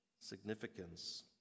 significance